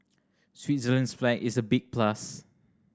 Switzerland's flag is a big plus